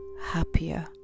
happier